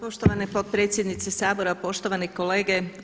Poštovana potpredsjednice Sabora, poštovani kolege.